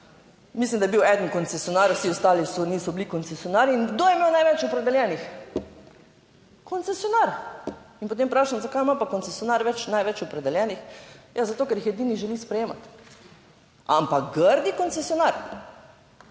mislim, da je bil eden koncesionar, vsi ostali niso bili koncesionarji - in kdo je imel največ opredeljenih koncesionar in potem vprašam zakaj ima pa koncesionar največ opredeljenih? Ja, zato, ker jih edini želi sprejemati. Ampak grdi koncesionar,